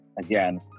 again